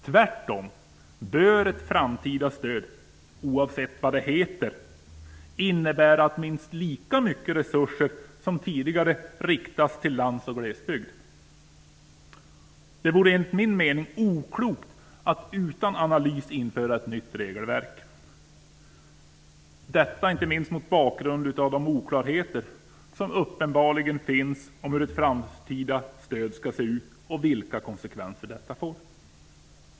Tvärtom bör det framtida stödet, oavsett vad det heter, innebära att minst lika mycket resurser som tidigare riktas till lands och glesbygd. Det vore enligt min mening oklokt att utan analys införa ett nytt regelverk - detta inte minst mot bakgrund av de oklarheter som uppenbarligen finns om hur det framtida stödet skall se ut och vilka konsekvenser detta får.